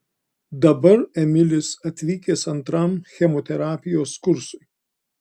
dabar emilis atvykęs antram chemoterapijos kursui